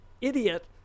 idiot